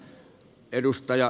arvoisa puhemies